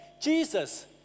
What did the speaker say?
Jesus